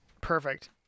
Perfect